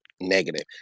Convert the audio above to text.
negative